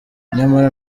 nyamara